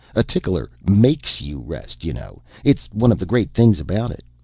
a tickler makes you rest, you know it's one of the great things about it.